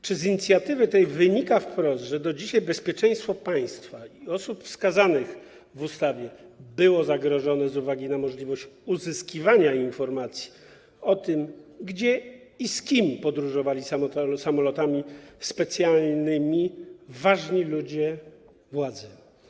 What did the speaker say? Czy z tej inicjatywy wynika wprost, że do dzisiaj bezpieczeństwo państwa i osób wskazanych w ustawie było zagrożone z uwagi na możliwość uzyskiwania informacji o tym, gdzie i z kim podróżowali samolotami specjalnymi ważni ludzie władzy?